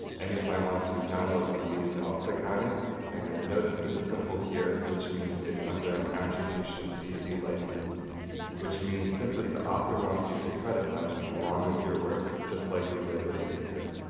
and if i want to download one of these i'll click on it and notice this symbol here which means it's under an attribution cc license which means simply the author wants you to credit them along with your work, just like we did with the music.